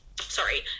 sorry